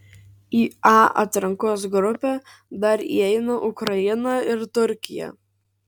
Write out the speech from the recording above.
į a atrankos grupę dar įeina ukraina ir turkija